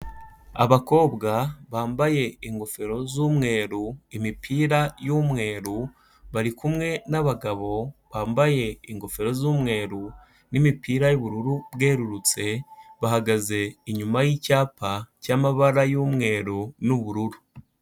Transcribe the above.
Abakobwa bambaye ingofero z'umweru imipira y'umweru, bari kumwe n'abagabo bambaye ingofero z'umweru n'imipira y'ubururu bwerurutse, bahagaze inyuma y'icyapa cy'amabara y'umweru n'ubururu.